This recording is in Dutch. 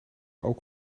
ook